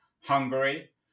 Hungary